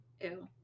Ew